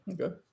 Okay